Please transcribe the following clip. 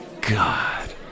God